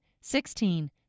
sixteen